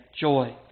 joy